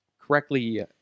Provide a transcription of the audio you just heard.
correctly